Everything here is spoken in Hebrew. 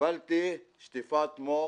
קיבלתי שטיפת מוח